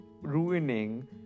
ruining